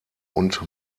und